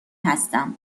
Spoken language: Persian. هستم